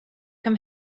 come